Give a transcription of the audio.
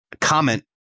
comment